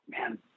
man